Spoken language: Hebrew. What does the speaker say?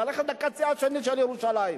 ללכת לקצה השני של ירושלים?